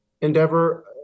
endeavor